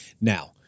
Now